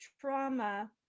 trauma